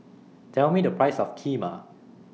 Tell Me The Price of Kheema